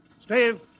Steve